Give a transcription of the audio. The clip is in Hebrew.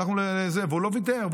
והוא לא ויתר,